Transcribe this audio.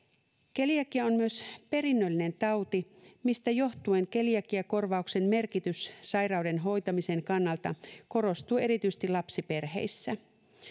keliakia on myös perinnöllinen tauti mistä johtuen keliakiakorvauksen merkitys sairauden hoitamisen kannalta korostuu erityisesti lapsiperheissä